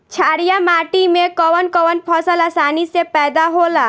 छारिया माटी मे कवन कवन फसल आसानी से पैदा होला?